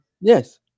Yes